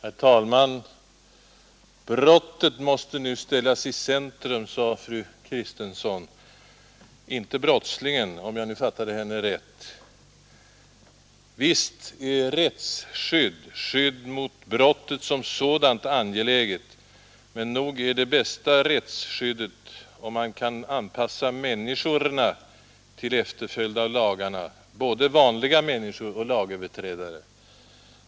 Herr talman! Brottet måste nu ställas i centrum, sade fru Kristensson; inte brottslingen, om jag fattade henne rätt. Visst är rättsskydd, skydd mot brottet som sådant, utomordentligt angeläget, men nog är det kanske bästa rättsskyddet att man anpassar människorna till efterföljd av lagar — både vanliga människor och lagöverträdare.